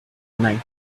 night